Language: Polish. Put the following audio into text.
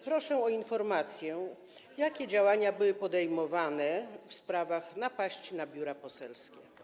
Proszę o informację, jakie działania były podejmowane w sprawach napaści na biura poselskie.